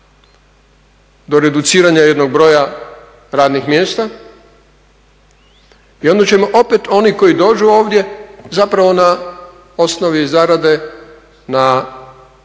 do reduciranja jednog broja radnih mjesta i onda ćemo opet oni koji dođu ovdje zapravo na osnovi zarade na